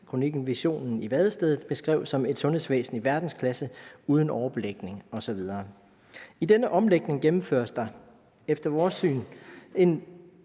kronikken »Visionen i vadestedet« som et sundhedsvæsen i verdensklasse uden overbelægning osv. I denne omlægning gennemføres der efter vores mening